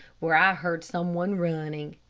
where i heard some one running.